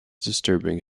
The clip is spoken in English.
disturbing